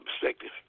perspective